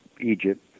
Egypt